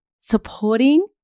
supporting